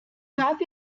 grab